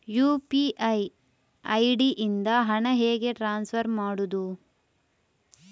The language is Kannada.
ಯು.ಪಿ.ಐ ಐ.ಡಿ ಇಂದ ಹಣ ಹೇಗೆ ಟ್ರಾನ್ಸ್ಫರ್ ಮಾಡುದು?